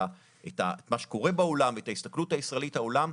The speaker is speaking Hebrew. מה שקורה בעולם ואת ההסתכלות הישראלית על העולם,